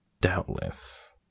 Doubtless